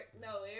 No